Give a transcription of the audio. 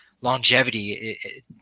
longevity